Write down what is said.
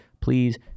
Please